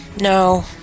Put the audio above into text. no